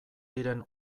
diren